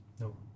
no